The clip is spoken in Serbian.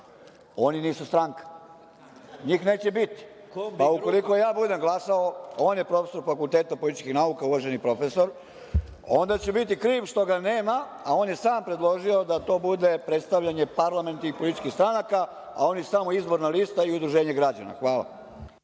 Oni nisu stranka, njih neće biti, pa ukoliko ja budem glasao, on je profesor Fakulteta političkih nauka, uvaženi profesor, onda će biti kriv što ga nema, a on je sam predložio da to bude predstavljanje parlamentarnih političkih stranaka, a on je samo izborna lista i udruženje građana. Hvala.